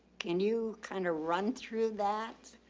can you kind of run through that?